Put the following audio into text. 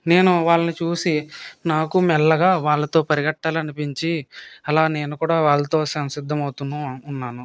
నేను వాళ్ళను చూసి నాకు మెల్లగా వాళ్ళతో పరిగెట్టాలనిపించి అలా నేను కూడా వాళ్ళతో సంసిద్దమవుతూ ఉన్నాను